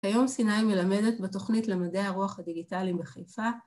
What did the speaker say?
‫היום סיני מלמדת בתוכנית ‫למדעי הרוח הדיגיטלי בחיפה.